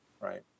Right